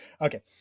Okay